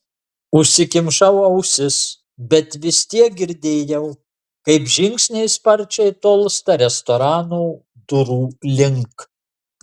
užsikimšau ausis bet vis tiek girdėjau kaip žingsniai sparčiai tolsta restorano durų link